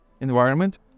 environment